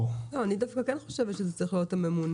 לא, אני דווקא כן חושבת שזה צריך להיות הממונה.